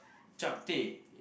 Chapteh